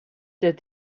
said